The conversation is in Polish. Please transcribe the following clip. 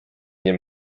nie